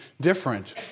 different